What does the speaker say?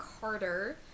Carter